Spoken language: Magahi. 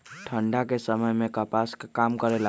ठंडा के समय मे कपास का काम करेला?